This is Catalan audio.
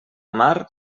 mar